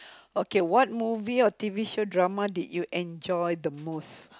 okay what movie or t_v show drama did you enjoy the most